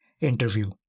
interview